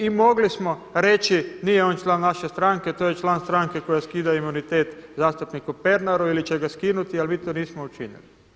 I mogli smo reći nije on član naše stranke, to je član stranke koja skida imunitet zastupniku Pernaru ili će ga skinuti, ali mi to nismo učinili.